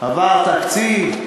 עבר תקציב,